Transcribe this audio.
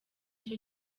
cyo